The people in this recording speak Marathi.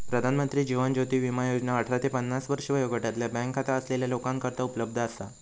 प्रधानमंत्री जीवन ज्योती विमा योजना अठरा ते पन्नास वर्षे वयोगटातल्या बँक खाता असलेल्या लोकांकरता उपलब्ध असा